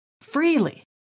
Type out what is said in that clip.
Freely